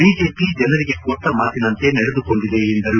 BJP ಜನರಿಗೆ ಕೊಟ್ಟ ಮಾತಿನಂತೆ ನಡೆದುಕೊಂಡಿದೆ ಎಂದರು